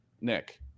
Nick